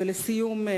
לסיום,